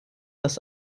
dass